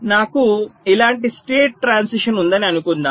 నాకు ఇలాంటి state transition ఉందని అనుకుందాం